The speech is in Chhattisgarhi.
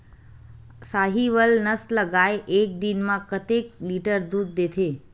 साहीवल नस्ल गाय एक दिन म कतेक लीटर दूध देथे?